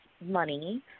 money